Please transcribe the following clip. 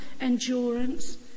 endurance